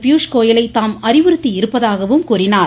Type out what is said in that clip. பியூஷ்கோயலை தாம் அறிவுறுத்தி இருப்பதாகவும் கூறினார்